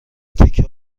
تکه